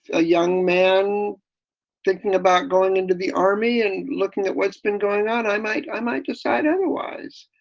a young man thinking about going into the army and looking at what's been going on, i might i might decide otherwise.